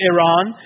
Iran